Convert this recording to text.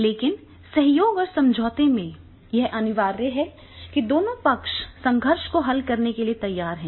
लेकिन सहयोग और समझौता में यह अनिवार्य है कि दोनों पक्ष संघर्ष को हल करने के लिए तैयार हैं